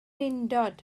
undod